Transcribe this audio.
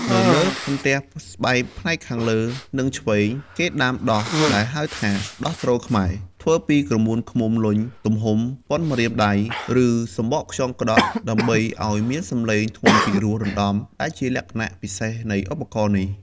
នៅលើសន្ទះស្បែកផ្នែកខាងលើនិងឆ្វេង គេដាំ "ដោះ" ដែលហៅថា "ដោះទ្រខ្មែរ" ធ្វើពីក្រមួនឃ្មុំលុញទំហំប៉ុនម្រាមដៃ ឬសំបកខ្យងក្តក់ ដើម្បីឲ្យមានសំឡេងធ្ងន់ពីរោះរណ្ដំដែលជាលក្ខណៈពិសេសនៃឧបករណ៍នេះ។